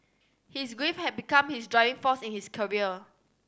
his grief had become his driving force in his career